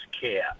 care